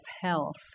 health